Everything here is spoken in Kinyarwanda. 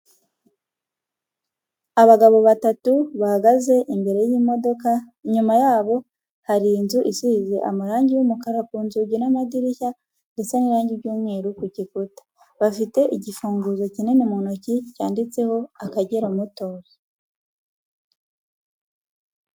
Abagabo batatu bahagaze imbere y'imodoka, inyuma yabo hari inzu isize amarangi y'umukara ku nzugi n'amadirishya ndetse n'irangi ry'umweru ku gikuta, bafite igifunguzo kinini mu ntoki cyanditseho Akagera motozi.